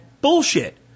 bullshit